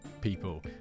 people